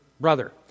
brother